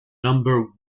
number